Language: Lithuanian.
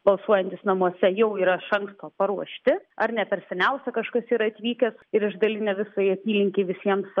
balsuojantys namuose jau yra iš anksto paruošti ar ne per seniausia kažkas yra atvykęs ir išdalinę visai apylinkei visiems